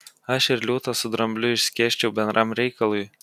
aš ir liūtą su drambliu išskėsčiau bendram reikalui